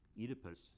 Oedipus